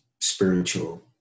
spiritual